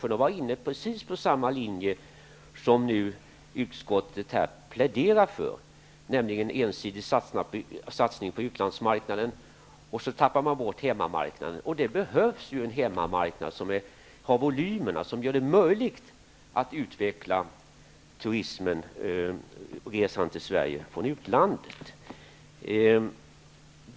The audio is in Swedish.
De har varit inne på precis den linje som utskottet här pläderar för, nämligen att man vid en ensidig satsning på utlandsmarknaden tappar bort hemmamarknaden. Det behövs ju en hemmamarknad som har volym, som gör det möjligt att utveckla turistresandet till Sverige från utlandet.